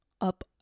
up